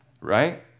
Right